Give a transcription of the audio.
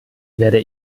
werde